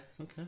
okay